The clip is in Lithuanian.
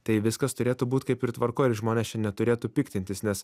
tai viskas turėtų būt kaip ir tvarkoj ir žmonės čia neturėtų piktintis nes